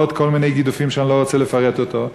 ועוד כל מיני גידופים שאני לא רוצה לפרט אותם,